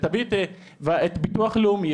ותביא את ביטוח לאומי,